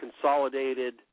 consolidated